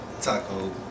Taco